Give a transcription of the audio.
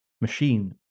machine